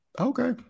Okay